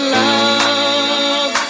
love